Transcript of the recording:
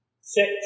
six